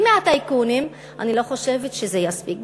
ומהטייקונים, אני לא חושבת שזה יספיק.